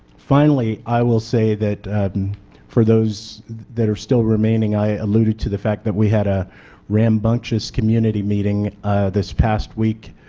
finally, i will say that for those that are still remaining, i alluded to the fact that we had a rambunctious community meeting this week,